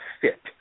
fit